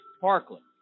Parkland